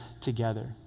together